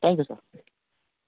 thank you sir